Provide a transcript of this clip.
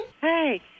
Hey